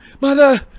Mother